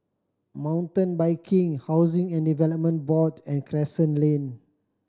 Mountain Biking Housing and Development Board and Crescent Lane